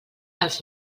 els